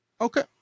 Okay